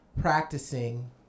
practicing